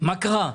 מה קרה?